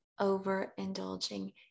overindulging